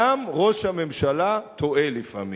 גם ראש הממשלה טועה לפעמים.